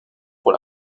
pour